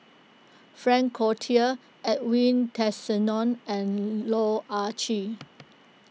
Frank Cloutier Edwin Tessensohn and Loh Ah Chee